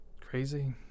crazy